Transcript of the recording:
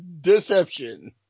deception